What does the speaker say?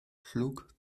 schlug